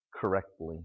correctly